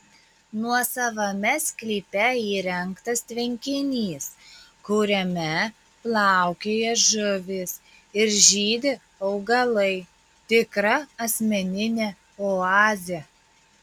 nuosavame sklype įrengtas tvenkinys kuriame plaukioja žuvys ir žydi augalai tikra asmeninė oazė